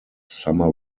summer